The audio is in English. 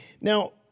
Now